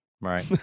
Right